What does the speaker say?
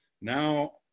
Now